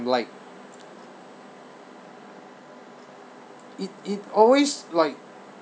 like it it always like